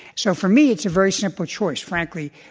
so for me, it's a very simple choice, frankly.